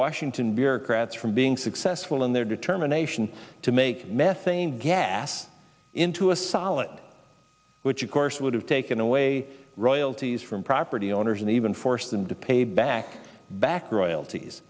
washington bureaucrats from being successful in their determination to make methane gas into a solid which of course would have taken away royalties from property owners and even force them to pay back back royalties